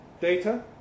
Data